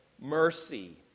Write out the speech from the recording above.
mercy